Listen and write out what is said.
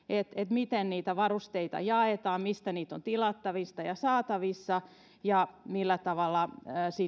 miten niitä varusteita jaetaan mistä niitä on tilattavissa ja saatavissa ja millä tavalla